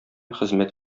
хезмәт